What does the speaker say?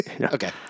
Okay